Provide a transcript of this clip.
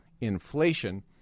inflation